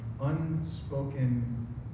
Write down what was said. unspoken